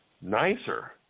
nicer